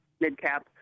mid-cap